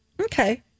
Okay